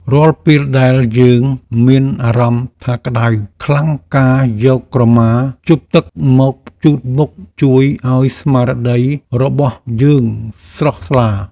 រាល់ពេលដែលយើងមានអារម្មណ៍ថាក្តៅខ្លាំងការយកក្រមាជប់ទឹកមកជូតមុខជួយឱ្យស្មារតីរបស់យើងស្រស់ថ្លា។